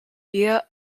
via